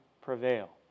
prevail